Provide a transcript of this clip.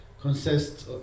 consists